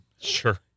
Sure